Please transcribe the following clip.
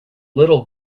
little